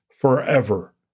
forever